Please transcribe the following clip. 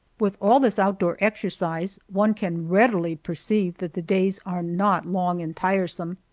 with all this outdoor exercise, one can readily perceive that the days are not long and tiresome.